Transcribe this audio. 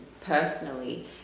personally